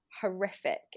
horrific